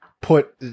put